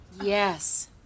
Yes